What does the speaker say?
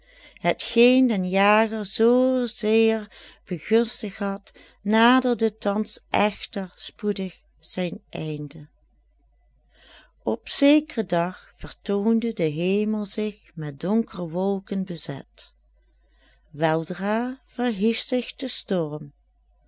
geen den jager zoo zeer begunstigd had naderde thans echter spoedig zijn einde op zekeren dag vertoonde de hemel zich met donkere wolken bezet weldra verhief zich de storm